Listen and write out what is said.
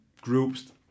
groups